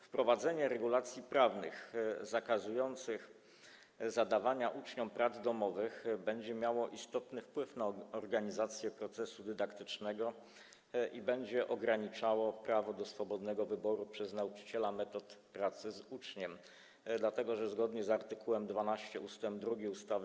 Wprowadzenie regulacji prawnych zakazujących zadawania uczniom prac domowych będzie miało istotny wpływ na organizację procesu dydaktycznego i będzie ograniczało prawo do swobodnego wyboru przez nauczyciela metod pracy z uczniem, a zgodnie z art. 12 ust. 2 ustawy